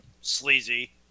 sleazy